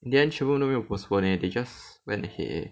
in the end 全部都没有 postpone leh they just went ahead eh